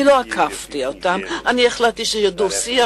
אני לא עקפתי אותם, אני החלטתי שיהיה דו-שיח.